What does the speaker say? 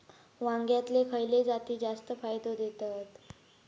वांग्यातले खयले जाती जास्त फायदो देतत?